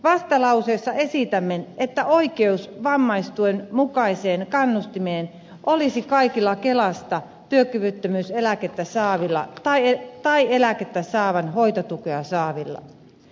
vastalauseessa esitämme että oikeus vammaistuen mukaiseen kannustimeen olisi kaikilla kelasta työkyvyttömyyseläkettä saavilla tai eläkettä saavan hoitotukea saavilla